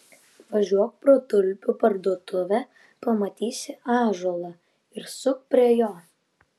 važiuok pro tulpių parduotuvę pamatysi ąžuolą ir suk prie jo